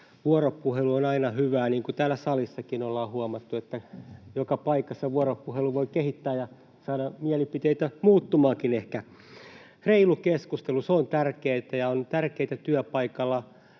Vuoropuhelu on aina hyvää. Niin kuin täällä salissakin ollaan huomattu, joka paikassa vuoropuhelu voi kehittää ja saada mielipiteitä ehkä muuttumaankin. Reilu keskustelu on tärkeää, ja on tärkeää työpaikoilla,